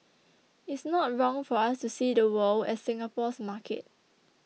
it's not wrong for us to see the world as Singapore's market